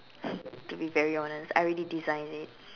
to be very honest I already designed it